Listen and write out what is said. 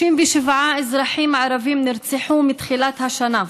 67 אזרחים ערבים נרצחו מתחילת השנה.